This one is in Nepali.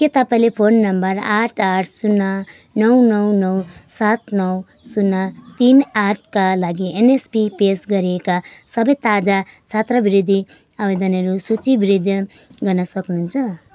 के तपाईँँले फोन नम्बर आठ आठ शून्य नौ नौ नौ सात नौ शून्य तिन आठका लागि एनएसपी पेस गरिएका सबै ताजा छात्रवृत्ति आवेदनहरू सूचीबद्ध गर्न सक्नुहुन्छ